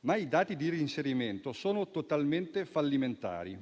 ma i dati di reinserimento sono totalmente fallimentari.